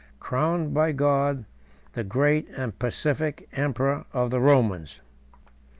crowned by god the great and pacific emperor of the romans!